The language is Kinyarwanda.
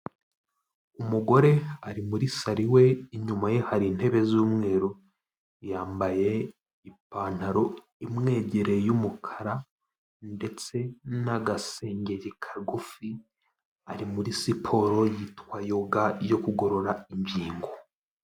Umugore ari muri saro iwe, inyuma ye hari intebe z'umweru, yambaye ipantaro imwegereye y'umukara ndetse n'agasengeri kagufi, ari muri siporo yitwa Yoga, yo kugorora ingingogo.